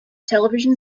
television